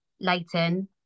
Leighton